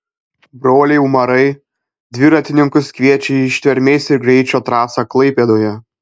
broliai umarai dviratininkus kviečia į ištvermės ir greičio trasą klaipėdoje